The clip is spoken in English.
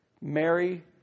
Mary